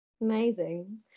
amazing